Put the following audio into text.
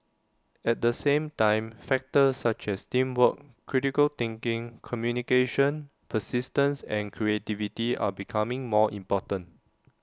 at the same time factors such as teamwork critical thinking communication persistence and creativity are becoming more important